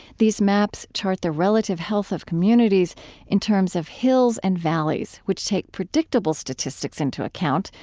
these maps chart the relative health of communities in terms of hills and valleys which take predictable statistics into account,